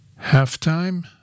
halftime